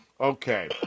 Okay